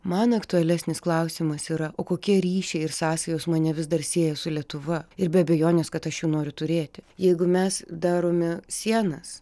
man aktualesnis klausimas yra o kokie ryšiai ir sąsajos mane vis dar sieja su lietuva ir be abejonės kad aš jų noriu turėti jeigu mes darome sienas